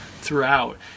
throughout